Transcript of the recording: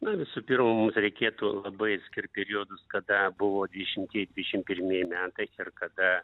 nu visų pirma mums reikėtų labai skirt periodus kada buvo dvidešimtieji dvidešim pirmieji metai ir kada